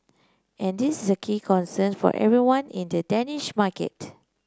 and this is a key concern for everyone in the Danish market